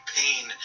pain